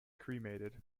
cremated